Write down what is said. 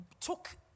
took